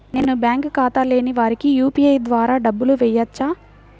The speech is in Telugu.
నేను బ్యాంక్ ఖాతా లేని వారికి యూ.పీ.ఐ ద్వారా డబ్బులు వేయచ్చా?